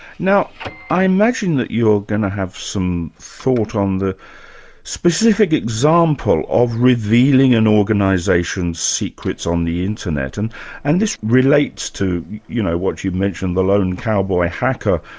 now i imagine that you're going to have some thought on the specific example of revealing an organisation's secrets on the internet, and and this relates to you know what you've mentioned, the lone cowboy hacker,